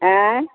आँय